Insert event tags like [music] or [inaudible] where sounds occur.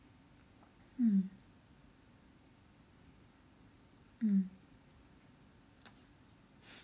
mm mm [noise]